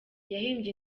yahimbye